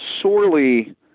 sorely